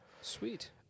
sweet